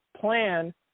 plan